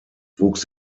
wuchs